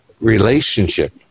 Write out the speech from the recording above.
relationship